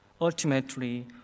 Ultimately